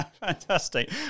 Fantastic